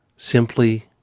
simply